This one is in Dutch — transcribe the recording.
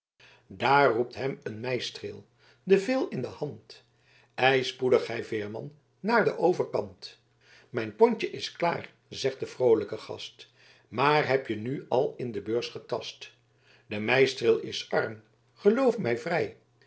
daar roept hem een meistreel de veêl in de hand ei spoedig gij veerman naar d overkant mijn pontje is klaar zegt de vroolijke gast maar heb je nu al in de beurs getast de meistreel is arm geloof mij vrij